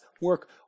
work